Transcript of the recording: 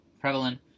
prevalent